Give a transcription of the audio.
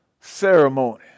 ceremony